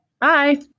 Bye